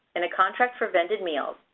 in a contract for vended meals,